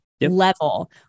level